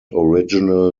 original